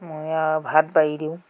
মই আৰু ভাত বাঢ়ি দিওঁ